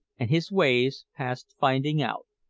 and his ways past finding out.